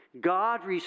God